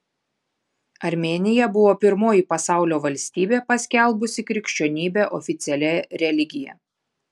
armėnija buvo pirmoji pasaulio valstybė paskelbusi krikščionybę oficialia religija